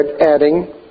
adding